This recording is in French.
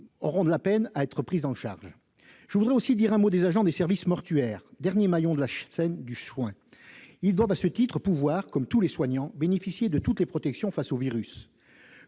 au lendemain de la crise. Je voudrais aussi dire un mot des agents des services mortuaires, derniers maillons de la chaîne du soin. Ils doivent à ce titre pouvoir, comme tous les soignants, bénéficier de toutes les protections face au virus.